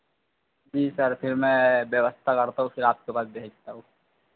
जी sir फिर मैं व्यवस्था करता हूँ उसके बाद भेजता हूँ